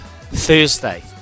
Thursday